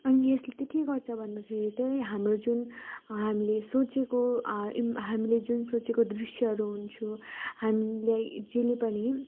अनि यसले त के गर्छ भन्दाखेरि त्यही हाम्रो जुन हामीले सोचेको हो हामीले जुन सोचेको दृश्यहरू हुन्छ हामीलाई जसले पनि